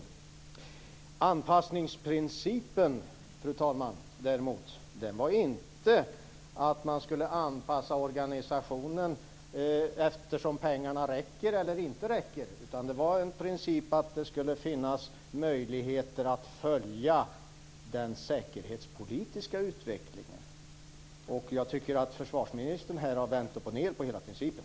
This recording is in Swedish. Däremot är inte anpassningsprincipen att man skall anpassa organisationen efter hur pengarna räcker eller inte räcker, utan det är en princip att det skall finnas möjligheter att följa den säkerhetspolitiska utvecklingen. Jag tycker att försvarsministern har vänt uppochned på hela principen.